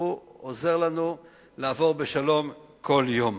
והקדוש-ברוך-הוא עוזר לנו לעבור בשלום כל יום.